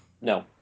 No